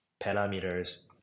parameters